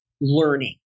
learning